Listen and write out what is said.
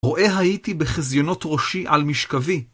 רואה הייתי בחזיונות ראשי על משכבי.